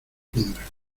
piedra